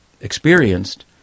experienced